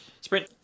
Sprint